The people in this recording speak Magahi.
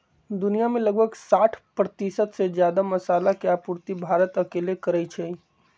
दुनिया में लगभग साठ परतिशत से जादा मसाला के आपूर्ति भारत अकेले करई छई